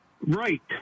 Right